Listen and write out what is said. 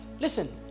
Listen